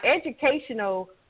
educational